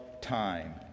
time